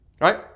right